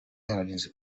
airlines